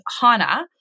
Hana